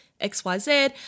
XYZ